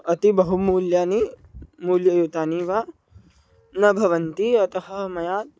अति बहु मूल्यानि मूल्ययुतानि वा न भवन्ति अतः मया